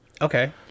Okay